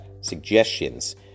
suggestions